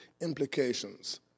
implications